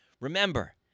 Remember